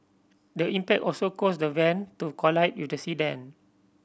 the impact also caused the van to collide with the sedan